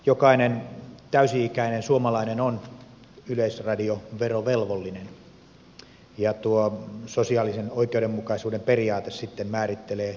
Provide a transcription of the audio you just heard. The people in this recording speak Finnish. jokainen täysi ikäinen suomalainen on yleisradioverovelvollinen ja tuo sosiaalisen oikeudenmukaisuuden periaate sitten määrittelee tulotason mukaan sen verotuksen määrän